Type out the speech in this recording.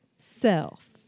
self